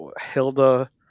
Hilda